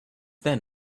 then